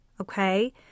Okay